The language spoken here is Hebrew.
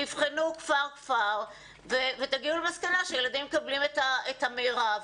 תבחנו כפר-כפר ותגיעו למסקנה שהילדים מקבלים את המרב,